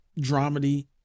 dramedy